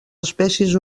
espècies